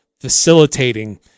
facilitating